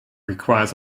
requires